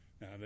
Now